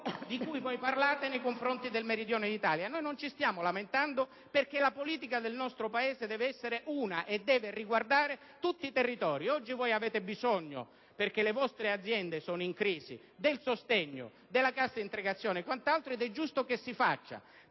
di cui poi parlate nei confronti del Meridione d'Italia. Non ci stiamo lamentando, perché la politica del nostro Paese deve essere una e deve riguardare tutti i territori. Oggi avete bisogno, perché le vostre aziende sono in crisi, del sostegno della cassa integrazione ed è giusto che così si faccia,